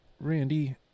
Randy